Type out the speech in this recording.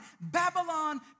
Babylon